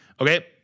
Okay